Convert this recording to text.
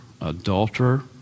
adulterer